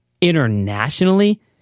internationally